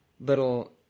little